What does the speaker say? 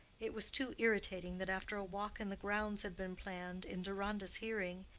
it was too irritating that after a walk in the grounds had been planned in deronda's hearing,